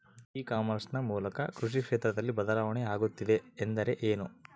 E commerce ನ ಮೂಲಕ ಕೃಷಿ ಕ್ಷೇತ್ರದಲ್ಲಿ ಬದಲಾವಣೆ ಆಗುತ್ತಿದೆ ಎಂದರೆ ಏನು?